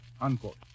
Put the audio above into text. Unquote